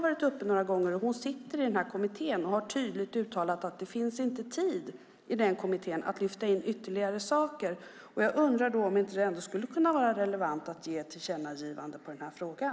Phia Andersson sitter med i kommittén och har tydligt uttalat att det inte finns tid att i den kommittén lyfta in ytterligare frågor. Jag undrar om det ändå inte skulle vara relevant med ett tillkännagivande i den här frågan.